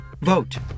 Vote